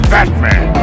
Batman